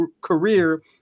career